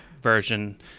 version